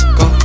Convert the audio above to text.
go